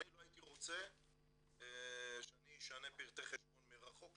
אני לא הייתי רוצה שאני אשנה פרטי חשבון מרחוק,